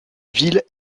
ville